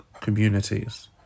communities